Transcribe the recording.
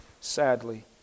sadly